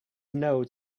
snow